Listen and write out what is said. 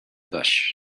bush